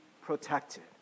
protected